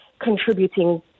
contributing